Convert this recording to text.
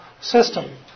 system